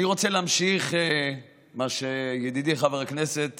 אני רוצה להמשיך את מה שידידי חבר הכנסת